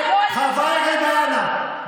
חברת הכנסת מראענה,